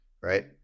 right